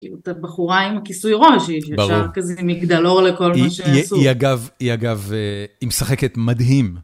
היא אותה בחורה עם הכיסוי ראש, היא ישר כזה מגדלור לכל מה שעשו. היא אגב, היא משחקת מדהים.